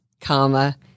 comma